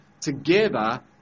together